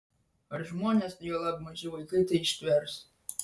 ar žmonės juolab maži vaikai tai ištvers